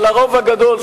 הרוב הגדול,